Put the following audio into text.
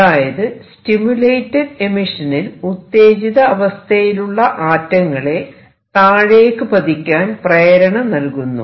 അതായത് സ്റ്റിമുലേറ്റഡ് എമിഷനിൽ ഉത്തേജിത അവസ്ഥയിലുള്ള ആറ്റങ്ങളെ താഴേക്ക് പതിക്കാൻ പ്രേരണ നൽകുന്നു